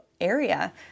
area